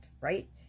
right